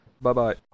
bye-bye